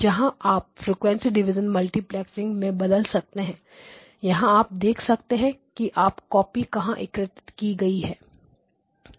जहां आप frequency division multiplexing में बदल सकते हैं वहां आप देख सकते हैं कि कॉपी कहां एकत्रित की गई हैं